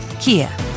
Kia